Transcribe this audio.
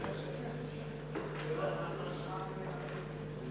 חברות וחברי הכנסת,